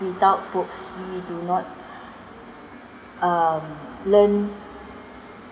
without books we do not uh learn